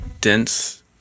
dense